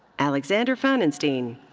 alexander pfannenstein.